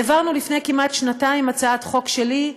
העברנו לפני כמעט שנתיים הצעת חוק שלי,